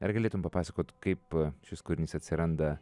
ar galėtum papasakot kaip šis kūrinys atsiranda